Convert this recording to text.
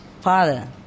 father